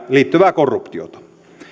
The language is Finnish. liittyvää korruptiota